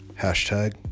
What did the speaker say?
hashtag